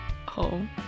Home